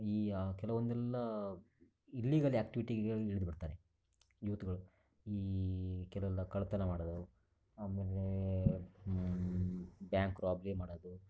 ಈಗ ಕೆಲವೊಂದೆಲ್ಲ ಇಲ್ಲಿಗಲ್ ಆ್ಯಕ್ಟಿವಿಟಿಗೆ ಇಳಿದ್ಬಿಡ್ತಾರೆ ಯೂತ್ಗಳು ಈ ಕೆಲವೆಲ್ಲ ಕಳ್ಳತನ ಮಾಡೋದು ಆಮೇಲೆ ಬ್ಯಾಂಕ್ ರಾಬ್ರಿ ಮಾಡೋದು